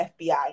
fbi